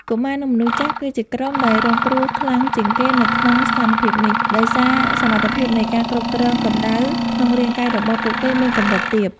កុមារ និងមនុស្សចាស់ គឺជាក្រុមដែលរងគ្រោះខ្លាំងជាងគេនៅក្នុងស្ថានភាពនេះ ដោយសារសមត្ថភាពនៃការគ្រប់គ្រងកម្ដៅក្នុងរាងកាយរបស់ពួកគេមានកម្រិតទាប។